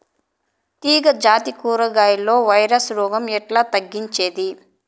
తీగ జాతి కూరగాయల్లో వైరస్ రోగం ఎట్లా తగ్గించేది?